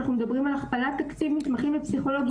אנחנו מדברים על הכפלת תקציב מתמחים בפסיכולוגיה.